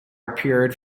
appeared